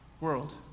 world